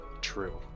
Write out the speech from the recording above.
True